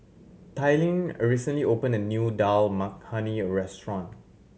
Tyrin a recently opened a new Dal Makhani Restaurant